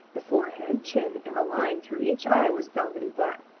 the forehead, chin and a line through each eye was velvety-black.